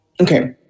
okay